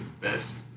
best